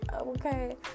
Okay